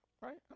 right